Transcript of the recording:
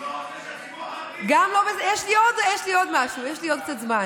גם לא, יש לי עוד משהו, יש לי עוד קצת זמן.